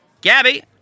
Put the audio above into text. Gabby